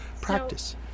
Practice